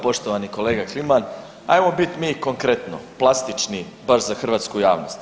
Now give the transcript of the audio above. Poštovani kolega Kliman hajmo biti mi konkretno, plastični bar za hrvatsku javnost.